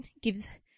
gives